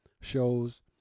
shows